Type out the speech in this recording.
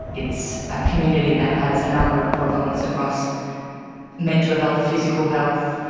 it's a community that has a number of problems across mental health, physical health.